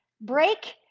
break